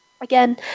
Again